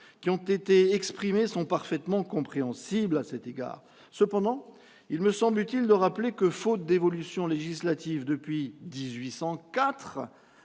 qui ont été exprimées sont parfaitement compréhensibles. Cependant, il me semble utile de rappeler que, faute d'évolutions législatives depuis 1804,